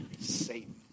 Satan